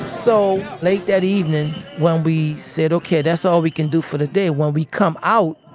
so late that evening when we said, okay that's all we can do for the day, when we come out,